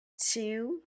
two